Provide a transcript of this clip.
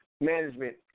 Management